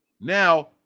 now